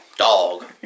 Dog